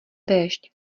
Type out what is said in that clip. déšť